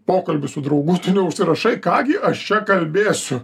pokalbiui su draugu neužsirašai ką gi aš čia kalbėsiu